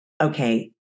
okay